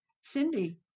Cindy